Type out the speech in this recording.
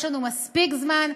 יש לנו מספיק זמן,